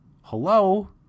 Hello